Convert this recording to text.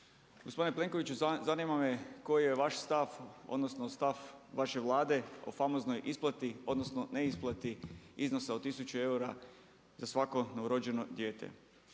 Gospodine Plenkoviću, zanima me koji je vaš stav odnosno stav vaše Vlade o famoznoj isplati odnosno neisplati iznosa od 1000 eura za svako novorođeno dijete.